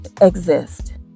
exist